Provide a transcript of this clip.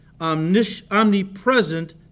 omnipresent